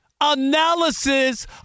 analysis